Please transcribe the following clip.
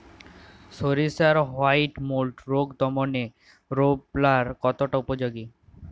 সরিষার white mould রোগ দমনে রোভরাল কতটা উপযোগী?